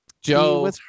Joe